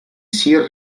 sir